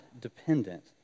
dependent